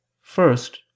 First